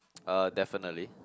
uh definitely